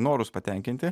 norus patenkinti